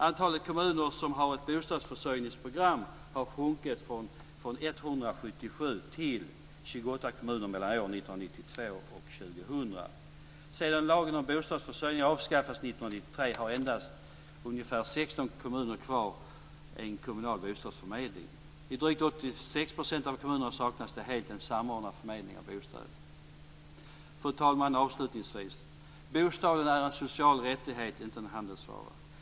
Antalet kommuner som har ett bostadsförsörjningsprogram har sjunkit från 177 till 1993 har endast 16 kommuner kvar en kommunal bostadsförmedling. I drygt 86 % av kommunerna saknas det helt en samordnad förmedling av bostäder. Fru talman! Avslutningsvis: Bostaden är en social rättighet, inte en handelsvara.